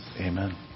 Amen